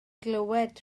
glywed